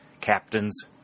Captains